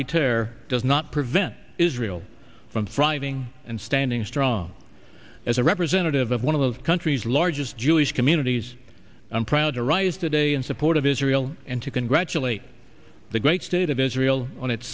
or does not prevent israel from frightening and standing strong as a representative of one of those country's largest jewish communities i'm proud to rise today in support of israel and to congratulate the great state of israel on its